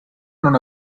non